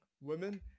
women